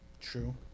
True